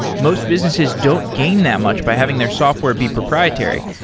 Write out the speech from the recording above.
most businesses don't gain that much by having their software be proprietary.